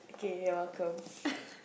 okay you're welcome